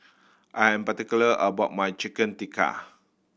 I'm particular about my Chicken Tikka